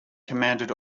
commanded